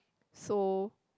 so